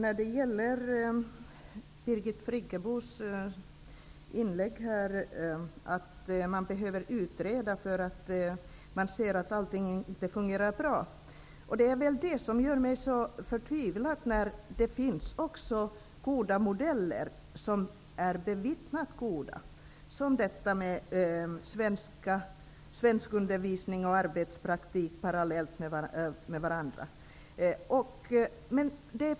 Fru talman! Birgit Friggebo säger att man behöver utreda frågan därför att allting inte fungerat bra. Det gör mig förtvivlad. Det finns bevittnat goda modeller, t.ex. detta med svenskundervisning parallellt med arbetspraktik.